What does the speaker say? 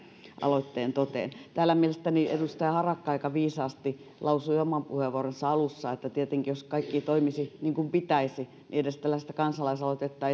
aloitteen toteen täällä mielestäni edustaja harakka aika viisaasti lausui oman puheenvuoronsa alussa että jos kaikki toimisi niin kuin pitäisi niin tietenkään tällaista kansalaisaloitetta